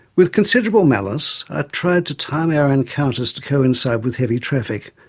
with considerable malice, i tried to time our encounters to coincide with heavy traffic,